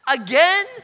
Again